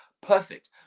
perfect